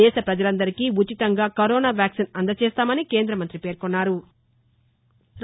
దేశ పజలందరికీ ఉచితంగా కరోనా వ్యాక్సిన్ అందజేస్తామని కేంద మంగ్రి పేర్కొన్నారు